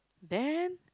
then